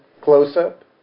close-up